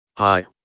Hi